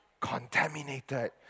contaminated